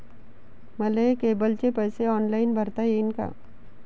मले केबलचे पैसे ऑनलाईन भरता येईन का?